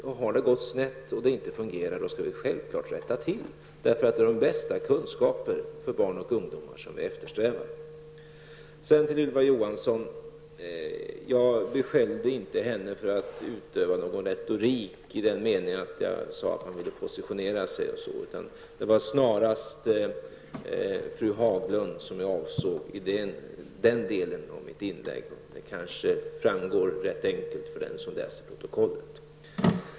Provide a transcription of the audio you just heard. Och om det har gått snett och inte fungerar så skall vi självfallet rätta till det, eftersom det är de bästa kunskaperna för barn och ungdomar som vi eftersträvar. Till Ylva Johansson vill jag säga att jag inte beskyllde henne för att utöva någon retorik i den meningen att jag sade att man ville positionera sig osv. Det var snarast fru Haglund som jag avsåg i den delen av mitt inlägg. Det kanske framgår för den som läser protokollet.